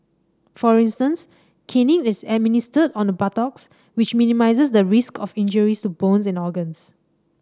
for instance caning is administered on the buttocks which minimises the risk of injuries to bones and organs